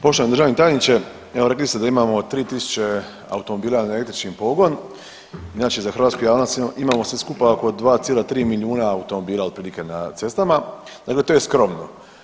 Poštovani državni tajniče, evo rekli ste da imamo 3.000 automobila na električni pogon, inače za hrvatsku javnost imamo sve skupa oko 2,3 milijuna automobila otprilike na cestama, dakle to je skromno.